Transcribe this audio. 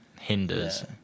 hinders